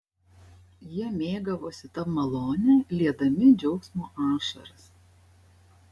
jie mėgavosi ta malone liedami džiaugsmo ašaras